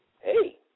hey